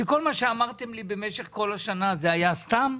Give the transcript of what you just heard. שכל מה שאמרתם לי במשך כל השנה זה היה סתם?